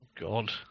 God